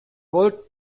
kloppen